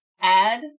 add